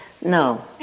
No